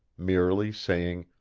merely saying,